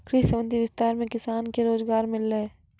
कृषि संबंधी विस्तार मे किसान के रोजगार मिल्लै